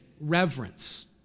reverence